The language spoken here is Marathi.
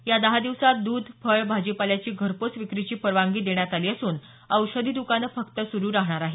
या दहा दिवसांत दूध फळ भाजीपाल्याची घरपोच विक्रीची परवानगी देण्यात आली असून औषधी द्कानं फक्त सुरु राहणार आहेत